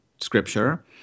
scripture